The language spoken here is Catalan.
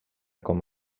com